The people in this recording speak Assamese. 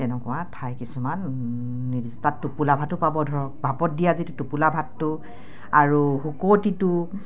তেনেকুৱা ঠাই কিছুমান তাত টোপোলা ভাতো পাব ধৰক ভাপত দিয়া যিটো টোপোলা ভাতটো আৰু শুকতিটো